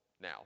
now